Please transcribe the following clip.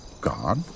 God